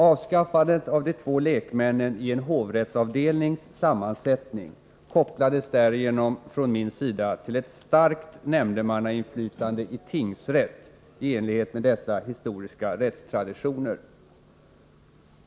Avskaffandet av de två lekmännen i en hovrättsavdelnings sammansättning kopplades därigenom av mig till ett starkt nämndemannainflytande i tingsrätt i enlighet med dessa historiska rättstraditioner.